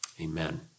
Amen